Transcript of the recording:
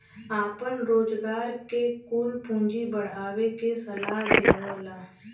आपन रोजगार के कुल पूँजी बढ़ावे के सलाह देवला